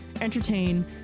entertain